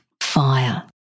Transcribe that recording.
Fire